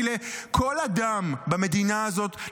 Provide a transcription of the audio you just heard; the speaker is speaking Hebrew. כי לכל אדם במדינה הזאת,